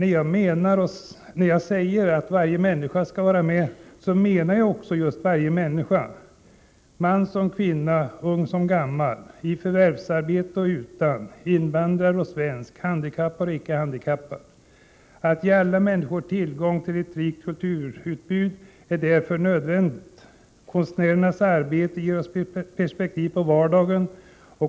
När jag säger varje människa menar jag just varje människa — kvinna och man, ung och gammal, förvärvsarbetande och arbetslös, invandrare och svensk, handikappad och icke handikappad. Att ge alla människor tillgång till ett rikt kulturutbud är därför nödvändigt. Konstnärernas arbete ger oss perspektiv på vardagen.